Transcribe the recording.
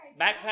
Backpack